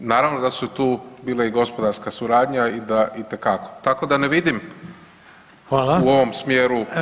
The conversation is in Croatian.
Naravno da su tu bile i gospodarska suradnja itekako, tako da ne vidim u ovom smjeru